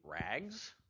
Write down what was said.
rags